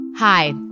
Hi